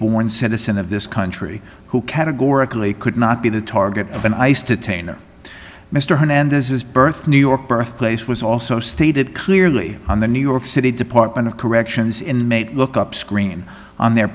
born citizen of this country who categorically could not be the target of an ice detainer mr hernandez his birth new york birthplace was also stated clearly on the new york city department of corrections inmate look up screen on their